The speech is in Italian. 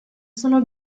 sono